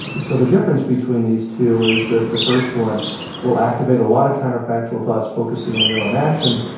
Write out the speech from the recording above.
and so the difference between these two is that the first one will activate a lot of counterfactual thoughts focusing on your own action.